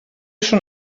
schon